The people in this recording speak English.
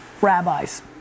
Rabbis